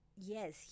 yes